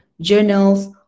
journals